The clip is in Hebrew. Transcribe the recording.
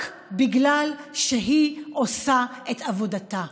רק בגלל שהיא עושה את עבודתה.